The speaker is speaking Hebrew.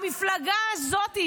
המפלגה הזאת,